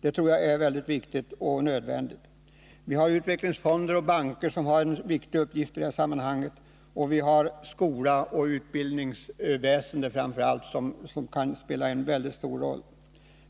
Jag tror att det är viktigt och nödvändigt. Vi har utvecklingsfonder och banker som har en viktig uppgift i detta sammanhang, och vi har framför allt skolan och utbildningsväsendet, som kan spela en väldigt stor roll.